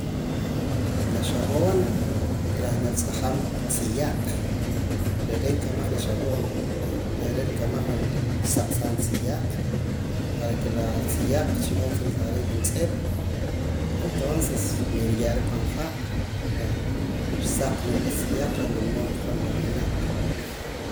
La xapoon reh natz'ajam tziyaq reh re' nkamaj la xapoon y reh re' nkamaj reh nrusaqsaam tziyaq para que la tziyaq chi b'an suavizar riim juntz'ip entonces niruye'ra pan ha' reh saq nrila la tziyaq reh wula mood nirukojoom la winaq.